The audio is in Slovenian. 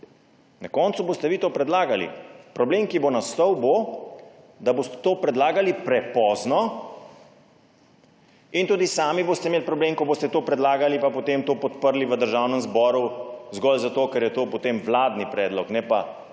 Na koncu boste vi to predlagali. Problem, ki bo nastal, bo, da boste to predlagali prepozno, in tudi sami boste imeli problem, ko boste to predlagali pa potem to podprli v Državnem zboru zgolj zato, ker je to potem vladni predlog, ne pa